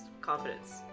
confidence